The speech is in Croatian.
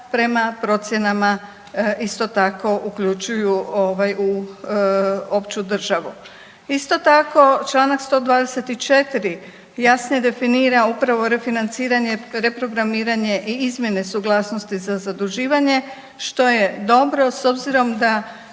prema procjenama isto tako uključuju u opću državu. Isto tako, Članak 124. jasnije definira upravo refinanciranje, reprogramiranje i izmjene suglasnosti za zaduživanje što je dobro s obzirom da